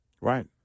Right